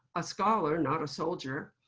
a scholar, not a soldier,